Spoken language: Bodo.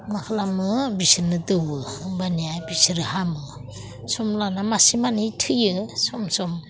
मा खालामो बिसोरनो दौओ होमब्लानिया बिसोरो हामो सम लाना मासे मानै थैयो सम सम